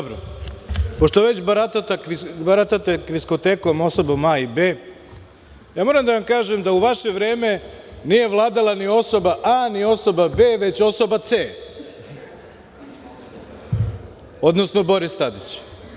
Pošto već baratate kviskotekom, osobom A, osobom B, moram da vam kažem da u vaše vreme nije vladala ni osoba A, ni osoba B, već osoba C, odnosno Boris Tadić.